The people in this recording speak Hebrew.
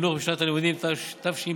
החינוך בשנת הלימודים תשפ"א.